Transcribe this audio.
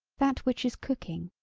that which is cooking.